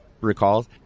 recalls